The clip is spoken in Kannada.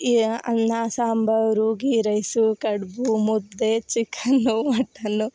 ಈ ಅನ್ನ ಸಾಂಬಾರು ಗೀ ರೈಸು ಕಡುಬು ಮುದ್ದೆ ಚಿಕನ್ನು ಮಟ್ಟನ್ನು